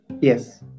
Yes